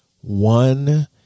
one